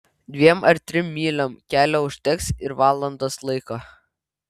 dviem ar trim myliom kelio užteks ir valandos laiko